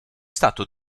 stato